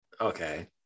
Okay